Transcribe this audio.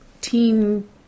teen